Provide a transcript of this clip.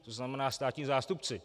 To znamená státní zástupci.